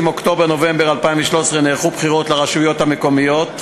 אוקטובר-נובמבר 2013 נערכו בחירות לרשויות המקומיות,